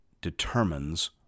determines